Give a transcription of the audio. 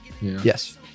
Yes